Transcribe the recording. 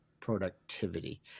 productivity